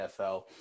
NFL